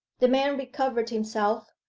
the man recovered himself,